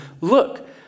Look